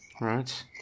Right